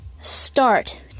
start